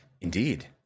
Indeed